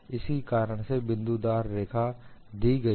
इसी कारण से बिंदुदार रेखा दी गई है